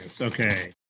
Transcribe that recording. Okay